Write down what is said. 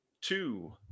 two